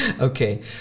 Okay